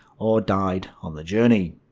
or died on the journey.